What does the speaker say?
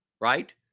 right